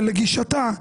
שלגישתה,